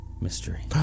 mystery